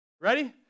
ready